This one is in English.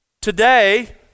today